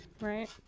Right